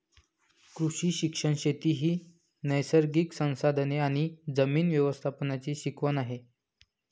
कृषी शिक्षण शेती ही नैसर्गिक संसाधने आणि जमीन व्यवस्थापनाची शिकवण आहे